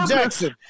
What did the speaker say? Jackson